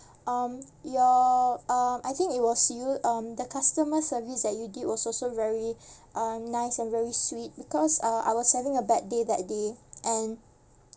um your um I think it was you um the customer service that you did was also very uh nice and very sweet because uh I was having a bad day that day and